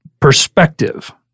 perspective